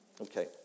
Okay